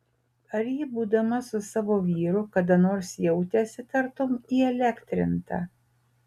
ar ji būdama su savo vyru kada nors jautėsi tartum įelektrinta